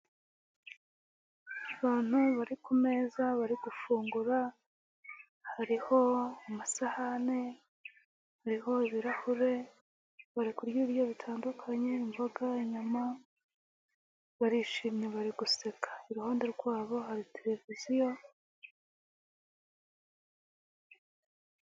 Abantu bari kumeza bari gufungura hariho amasahani .hariho ibirahure bari kurya ibiryo bitandukanye, imboga inyama barishimye bari guseka iruhande rwabo hari televiziyo.